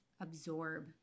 absorb